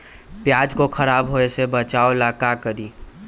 प्याज को खराब होय से बचाव ला का करी?